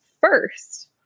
first